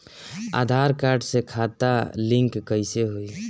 आधार card से खाता link कईसे होई?